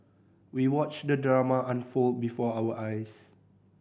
we watched the drama unfold before our eyes